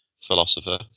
philosopher